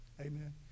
Amen